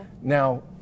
Now